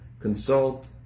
consult